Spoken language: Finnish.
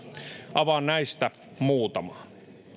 avaan näistä muutamaa